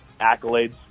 accolades